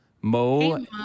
Mo